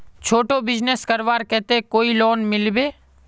छोटो बिजनेस करवार केते कोई लोन मिलबे?